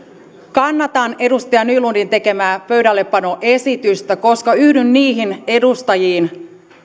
kannatan edustaja nylundin tekemää pöydällepanoesitystä koska yhdyn niihin edustajiin